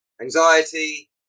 anxiety